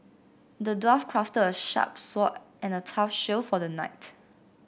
the dwarf crafted a sharp sword and a tough shield for the knight